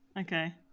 Okay